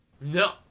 no